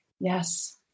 Yes